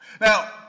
Now